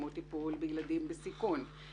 כמו טיפול בילדים בסיכון,